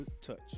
touch